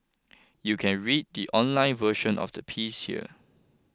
you can read the online version of the piece here